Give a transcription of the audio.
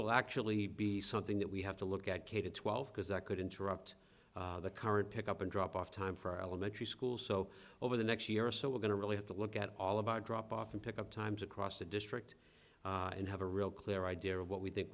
will actually be something that we have to look at k to twelve because that could interrupt the current pick up and drop off time for elementary school so over the next year or so we're going to really have to look at all about a drop off and pick up times across the district and have a real clear idea of what we think